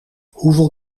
hoeveel